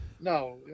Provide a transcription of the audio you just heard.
No